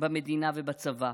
במדינה או בצבא.